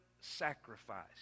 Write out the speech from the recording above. sacrifice